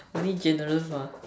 very generous lah